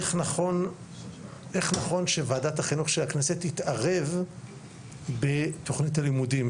איך נכון שוועדת החינוך של הכנסת יתערב בתוכנית הלימודים,